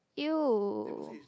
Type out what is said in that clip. !eww!